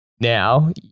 Now